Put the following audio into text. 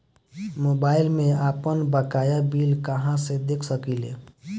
Mobile में आपनबकाया bill कहाँसे देख सकिले?